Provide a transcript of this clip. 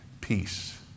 peace